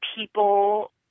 people